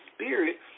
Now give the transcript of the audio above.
spirit